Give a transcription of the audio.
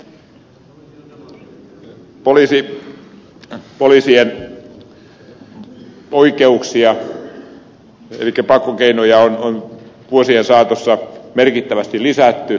poliisien oikeuksia elikkä pakkokeinoja on vuosien saatossa merkittävästi lisätty